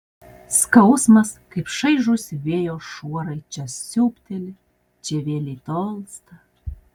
skausmas kaip čaižūs vėjo šuorai čia siūbteli čia vėlei tolsta